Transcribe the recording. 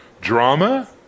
Drama